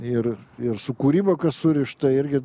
ir ir su kūryba kas surišta irgi